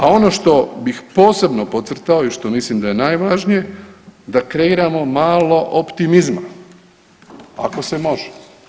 A ono što bih posebno podcrtao i što mislim da je najvažnije da kreiramo malo optimizma ako se može.